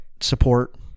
support